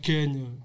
Kenya